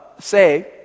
say